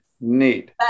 neat